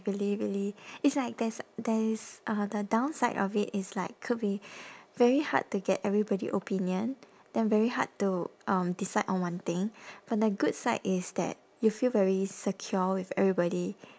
really really it's like there's there is uh the downside of it is like could be very hard to get everybody opinion then very hard to um decide on one thing but the good side is that you feel very secure with everybody